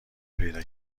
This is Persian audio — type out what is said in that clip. پیدا